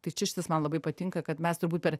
tai čia šitas man labai patinka kad mes turbūt per